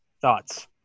Thoughts